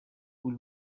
پول